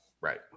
Right